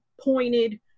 pointed